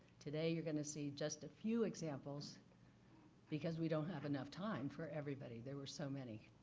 today you're going to see just a few examples because we don't have enough time for everybody. there were so many.